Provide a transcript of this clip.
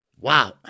Wow